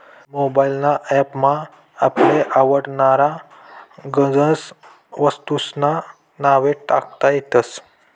mobile ना app मा आपले आवडनारा गनज वस्तूंस्ना नावे टाकता येतस